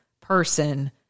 person